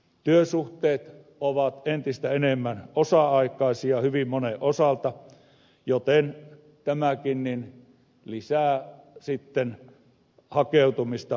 työsuhteet ovat entistä enemmän osa aikaisia hyvin monen osalta joten tämäkin lisää sitten hakeutumista muihin ammatteihin